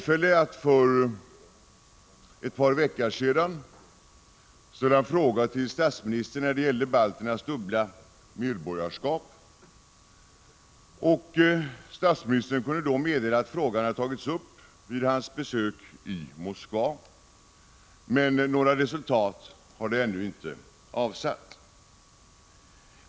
För ett par veckor sedan ställde jag en fråga till statsministern när det gällde balternas dubbla medborgarskap, och statsministern kunde då meddela att frågan tagits upp vid hans besök i Moskva. Detta har emellertid ännu inte avsatt några resultat.